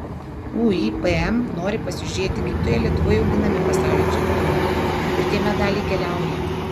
uipm nori pasižiūrėti kaip toje lietuvoje auginami pasaulio čempionai kur tie medaliai keliauja